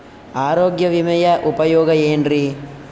ಆರೋಗ್ಯ ವಿಮೆಯ ಉಪಯೋಗ ಏನ್ರೀ?